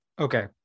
okay